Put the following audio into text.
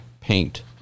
paint